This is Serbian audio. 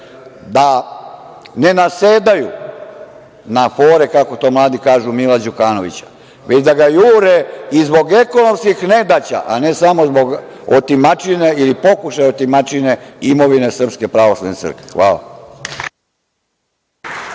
da ne nasedaju na „fore“, kako to mladi kažu, Mila Đukanovića, već da ga jure i zbog ekonomskih nedaća a ne samo zbog otimačine ili pokušaja otimačine imovine Srpske pravoslavne crkve. Hvala.